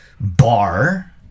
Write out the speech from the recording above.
bar